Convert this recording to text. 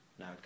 Now